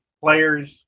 players